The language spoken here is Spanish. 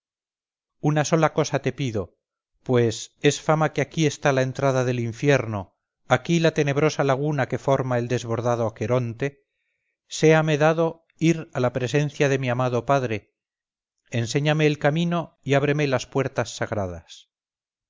una sola cosa te pido pues es fama que aquí está la entrada del infierno aquí la tenebrosa laguna que forma el desbordado aqueronte séame dado ir a la presencia de mi amado padre enséñame el camino y ábreme las puertas sagradas